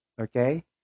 okay